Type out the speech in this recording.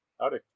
Howdy